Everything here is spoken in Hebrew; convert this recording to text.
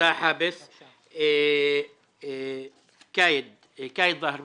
יועץ נציב כבאות והצלה.